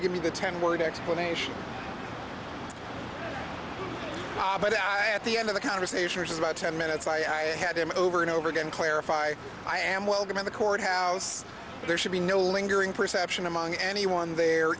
to give me the ten word explanation but at the end of the conversation which is about ten minutes i had him over and over again clarify i am welcome in the courthouse there should be no lingering perception among anyone there